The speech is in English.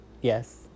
Yes